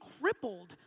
crippled